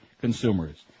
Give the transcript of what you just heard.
consumers